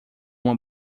uma